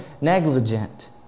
negligent